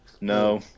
no